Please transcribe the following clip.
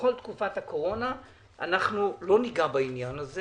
בכל תקופת הקורונה אנחנו לא ניגע בעניין הזה